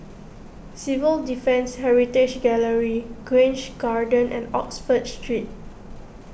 Civil Defence Heritage Gallery Grange Garden and Oxford Street